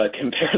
compare